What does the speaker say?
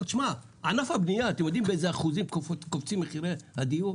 ענף הבנייה אתם יודעים באיזה אחוזים קופצים מחירי הדיור?